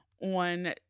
on